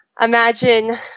imagine